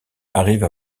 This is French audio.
arrive